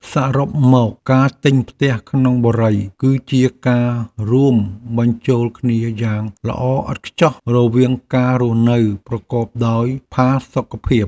សរុបមកការទិញផ្ទះក្នុងបុរីគឺជាការរួមបញ្ចូលគ្នាយ៉ាងល្អឥតខ្ចោះរវាងការរស់នៅប្រកបដោយផាសុកភាព។